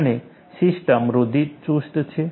અને સિસ્ટમ રૂઢિચુસ્ત છે